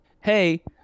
hey